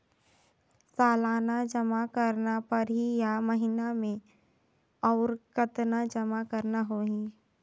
सालाना जमा करना परही या महीना मे और कतना जमा करना होहि?